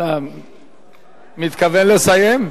אתה מתכוון לסיים?